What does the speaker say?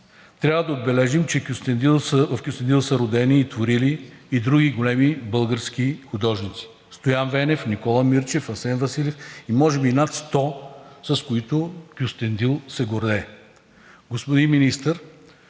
Трябва да отбележим, че в Кюстендил са родени и творили и други големи български художници – Стоян Венев, Никола Мирчев, Асен Василев и може би над 100, с които Кюстендил се гордее. Господин Министър,